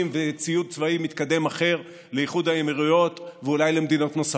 וציוד צבאי מתקדם אחר לאיחוד האמירויות ואולי למדינות נוספות.